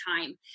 time